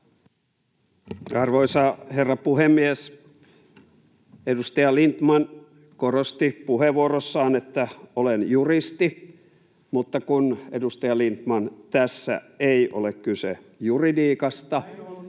Arvoisa herra puhemies! Edustaja Lindtman korosti puheenvuorossaan, että olen juristi, mutta, edustaja Lindtman, kun tässä ei ole kyse juridiikasta,